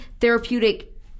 therapeutic